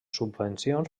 subvencions